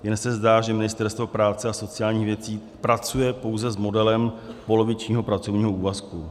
Jen se zdá, že Ministerstvo práce a sociálních věcí pracuje pouze s modelem polovičního pracovního úvazku.